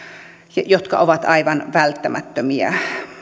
jotka ovat aivan välttämättömiä